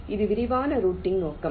இது விரிவான ரூட்டிங் நோக்கம்